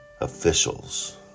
officials